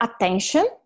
attention